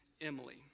Emily